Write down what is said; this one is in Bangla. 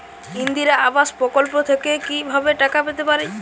ইন্দিরা আবাস প্রকল্প থেকে কি ভাবে টাকা পেতে পারি?